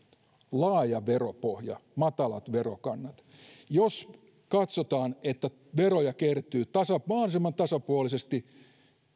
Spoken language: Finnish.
laaja veropohja matalat verokannat jos katsotaan että veroja kertyy mahdollisimman tasapuolisesti